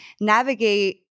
navigate